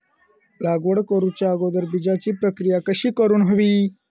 लागवड करूच्या अगोदर बिजाची प्रकिया कशी करून हवी?